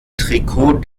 trikot